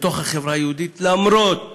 בתוך החברה היהודית, למרות הרבגוניות,